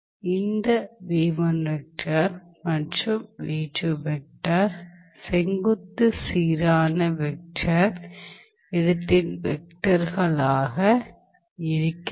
இந்த மற்றும் செங்குத்து சீரான வெக்டர் இடதின் வெக்டர்களாக இருக்கின்றன